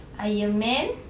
ironman